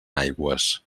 aigües